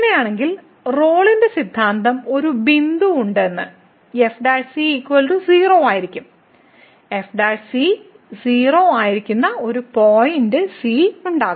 അങ്ങനെയാണെങ്കിൽ റോളിന്റെ സിദ്ധാന്തം ഒരു ബിന്ദു ഉണ്ടെന്ന് f 0 ആയിരിക്കും f 0 ആയിരിക്കുന്ന ഒരു പോയിന്റ് c ഉണ്ടാകും